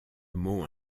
mot